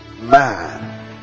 man